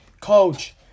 coach